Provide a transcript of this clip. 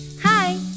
Hi